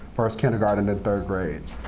first kindergarten, then third grade.